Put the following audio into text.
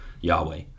yahweh